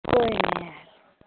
कोई नहि आयल